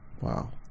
Wow